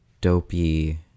dopey